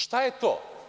Šta je to?